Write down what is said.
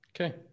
Okay